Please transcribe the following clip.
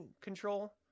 control